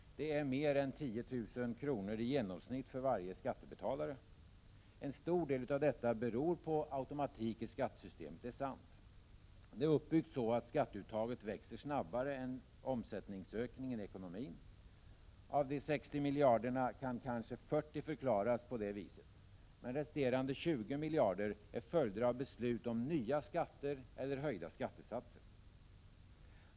Det är i genomsnitt mer än 10 000 kr. från varje skattebetalare. En stor del av detta beror på automatiken i skattesystemet — det är sant. Det är uppbyggt så att skatteuttaget växer snabbare än omsättningsökningen i ekonomin. Av de 60 miljarderna kan kanske 40 förklaras på det viset. Resterande 20 miljarder är en följd av beslut om nya skatter eller höjda skattesatser.